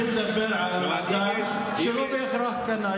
אני מדבר על אדם שלא בהכרח קנה.